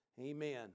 Amen